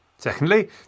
Secondly